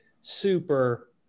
super